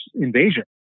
invasion